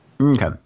Okay